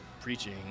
preaching